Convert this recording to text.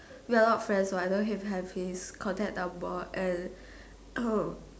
we are not friends so I don't even have his contact number and